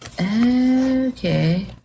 Okay